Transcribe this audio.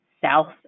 south